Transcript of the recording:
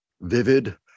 vivid